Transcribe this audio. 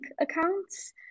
accounts